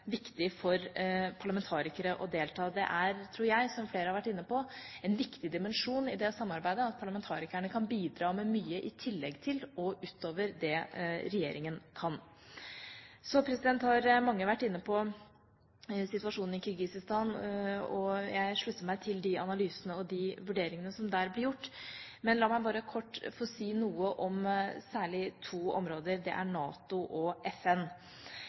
viktig for parlamentarikere å delta. Det er, tror jeg, som flere har vært inne på, en viktig dimensjon i det samarbeidet at parlamentarikerne kan bidra med mye i tillegg til og utover det regjeringa kan. Så har mange vært inne på situasjonen i Kirgisistan, og jeg slutter meg til de analysene og de vurderingene som der ble gjort. La meg bare kort få si noe om særlig to områder. Det er NATO og FN.